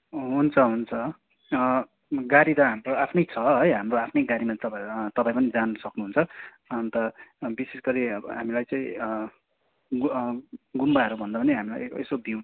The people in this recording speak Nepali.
हुन्छ हुन्छ गाडी त हाम्रो आफ्नै छ है हाम्रो आफ्नै गाडीमा तपाईँहरू तपाईँ पनि जान सक्नुहुन्छ अन्त विशेष गरी अब हामीलाई चाहिँ गु गुम्बाहरू भन्दा पनि हामीलाई यसो भ्यू